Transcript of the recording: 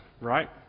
right